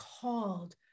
called